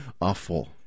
Awful